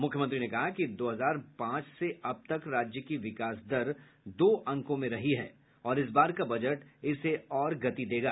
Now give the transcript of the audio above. मुख्यमंत्री ने कहा कि दो हजार पांच से अब तक राज्य की विकास दर दो अंको में रही है और इस बार का बजट इसे और गति देगा